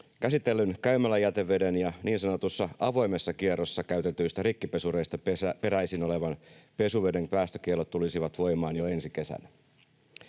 Käsitellyn käymäläjäteveden ja niin sanotussa avoimessa kierrossa käytetyistä rikkipesureista peräisin olevan pesuveden päästökiellot tulisivat voimaan jo ensi kesänä.